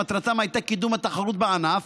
שמטרתם הייתה קידום התחרות בענף,